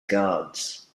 guards